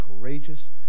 courageous